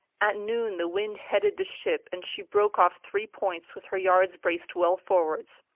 at noon the wind headed the ship and she broke off three points with her yards braced well forwards.